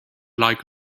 like